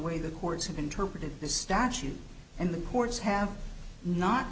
way the courts have interpreted this statute and the courts have not